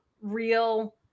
real